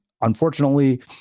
unfortunately